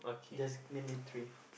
just name me three